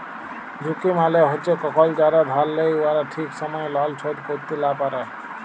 ঝুঁকি মালে হছে কখল যারা ধার লেই উয়ারা ঠিক সময়ে লল শোধ ক্যইরতে লা পারে